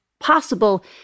Possible